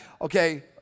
Okay